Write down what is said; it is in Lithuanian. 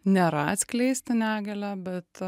nėra atskleisti negalią bet